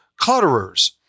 clutterers